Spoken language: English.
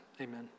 Amen